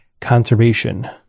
conservation